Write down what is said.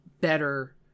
better